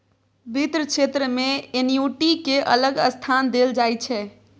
बित्त क्षेत्र मे एन्युटि केँ अलग स्थान देल जाइ छै